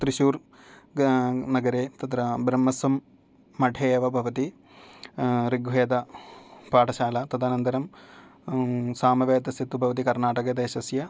त्रिशूर् नगरे तत्र ब्रह्मसं मठे एव भवति ऋग्वेद पाठशाला तदनन्तरं सामवेदस्य तु भवति कर्णाटकदेशस्य